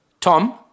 Tom